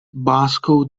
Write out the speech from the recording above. bosco